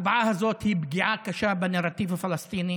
ההצבעה הזאת היא פגיעה קשה בנרטיב הפלסטיני,